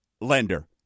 lender